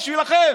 זה בשבילכם,